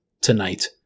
tonight